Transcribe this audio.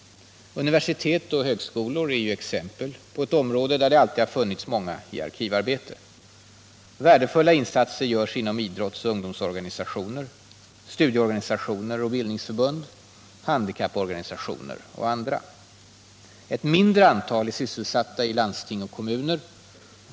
Universitet och högskolor är ett område där det alltid funnits många i arkivarbete. Värdefulla insatser görs inom idrottsoch ungdomsorganisationer, studieorganisationer och bildningsförbund, handikapporganisationer och andra. Ett mindre antal är sysselsatta i landsting och kommuner.